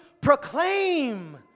proclaim